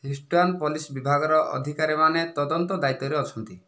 Houston police ବିଭାଗର ଅଧିକାରୀମାନେ ତଦନ୍ତ ଦାୟିତ୍ୱରେ ଅଛନ୍ତି